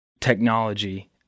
technology